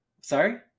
Sorry